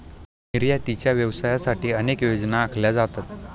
निर्यातीच्या व्यवसायासाठी अनेक योजना आखल्या जातात